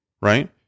Right